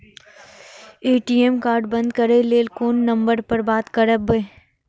ATM card बंद करे के लेल कोन नंबर पर बात करबे?